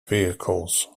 vehicles